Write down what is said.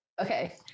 okay